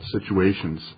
situations